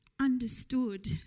understood